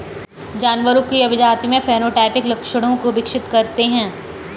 जानवरों की अभिजाती में फेनोटाइपिक लक्षणों को विकसित करते हैं